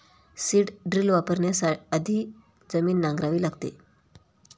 seed drill वापरण्याआधी जमीन नांगरावी लागते